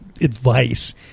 advice